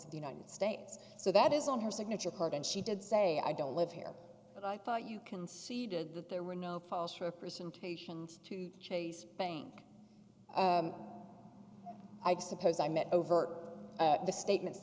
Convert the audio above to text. of the united states so that is on her signature card and she did say i don't live here but i thought you conceded that there were no false representations to chase bank i suppose i met over the statements